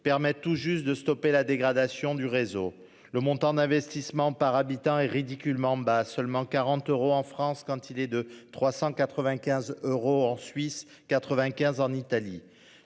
permettent tout juste de stopper la dégradation du réseau le montant d'investissement par habitant est ridiculement bas, seulement 40 euros en France quand il est de 395 euros en Suisse, 95 en Italie.